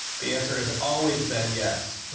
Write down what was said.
the answer is always been yes.